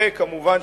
וכמובן,